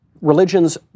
religions